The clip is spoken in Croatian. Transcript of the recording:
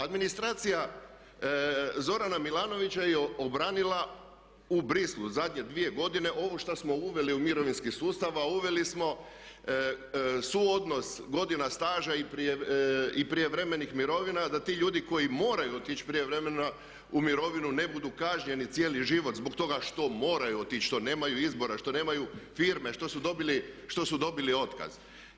Administracija Zorana Milanovića je obranila u Bruxellesu zadnje dvije godine ovo što smo uveli u mirovinski sustav, a uveli smo suodnos godina staža i prijevremenih mirovina da ti ljudi koji moraju otići prije vremena u mirovinu ne budu kažnjeni cijeli život zbog toga što moraju otići, što nemaju izbora, što nemaju firme, što su dobili otkaz.